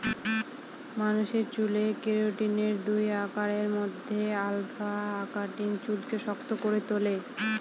মানুষের চুলে কেরাটিনের দুই আকারের মধ্যে আলফা আকারটি চুলকে শক্ত করে তুলে